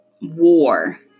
war